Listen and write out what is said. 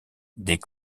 des